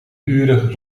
uren